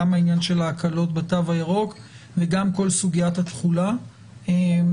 גם העניין של ההקלות בתו הירוק וגם כל סוגיית התחולה והאכיפה,